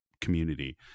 community